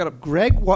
Greg